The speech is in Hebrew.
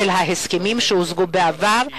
של ההסכמים שהושגו בעבר,